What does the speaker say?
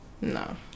no